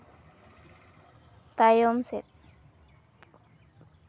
ᱛᱟᱭᱚᱢ ᱥᱮᱫ